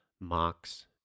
mocks